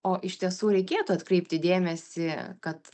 o iš tiesų reikėtų atkreipti dėmesį kad